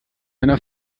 einer